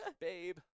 Babe